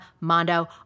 Mondo